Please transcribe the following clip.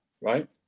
Right